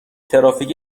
ترافیک